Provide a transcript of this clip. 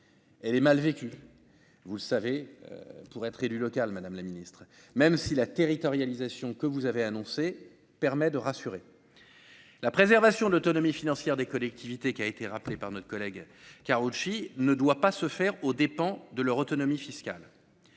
Elle est mal vécu, vous le savez, pour être élu local, Madame la Ministre, même si la territorialisation que vous avez annoncé. Permet de rassurer la préservation de l'autonomie financière des collectivités qui a été rappelé par notre collègue Karoutchi ne doit pas se faire aux dépens de leur autonomie fiscale